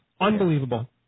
Unbelievable